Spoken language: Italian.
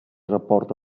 rapporto